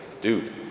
dude